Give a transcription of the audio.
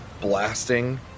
blasting